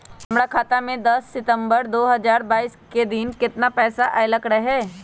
हमरा खाता में दस सितंबर दो हजार बाईस के दिन केतना पैसा अयलक रहे?